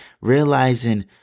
realizing